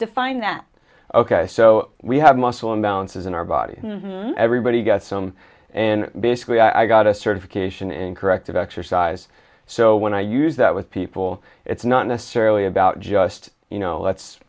defined that ok so we have muscle imbalances in our body everybody got some and basically i got a certification in corrective exercise so when i use that with people it's not necessarily about just you know let's